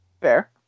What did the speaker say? Fair